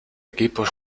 equipos